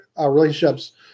relationships